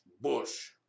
Bush